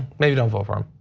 maybe don't vote for him?